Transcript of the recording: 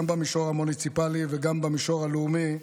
גם במישור המוניציפלי וגם במישור הלאומי,